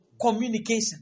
Communication